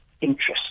interest